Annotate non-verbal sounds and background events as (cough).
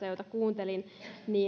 (unintelligible) joita kuuntelin